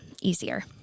easier